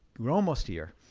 we're almost here.